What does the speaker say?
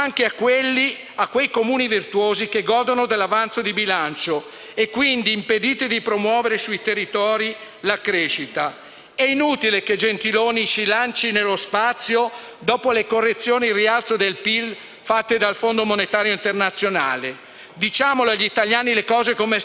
È inutile che Gentiloni Silveri si lanci nello spazio dopo le correzioni in rialzo del PIL fatte dal Fondo monetario internazionale. Diciamo agli italiani le cose come stanno: in una congiuntura economica favorevole, l'Italia è terz'ultima per crescita tra i ventotto Paesi dell'Unione europea.